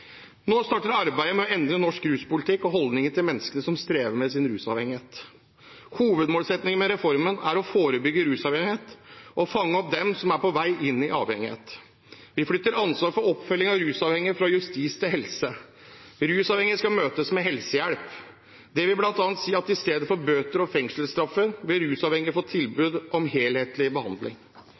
Nå starter arbeidet med å endre norsk ruspolitikk og holdningene til de menneskene som strever med sin rusavhengighet. Hovedmålsettingen med reformen er å forebygge rusavhengighet og fange opp dem som er på vei inn i avhengighet. Vi flytter ansvar for oppfølging av rusavhengige fra justis til helse. Rusavhengige skal møtes med helsehjelp. Det vil bl.a. si at i stedet for bøter og fengselsstraffer vil rusavhengige få tilbud om helhetlig behandling.